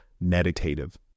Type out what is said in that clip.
meditative